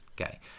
okay